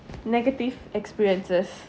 negative experiences